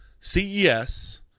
CES